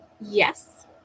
yes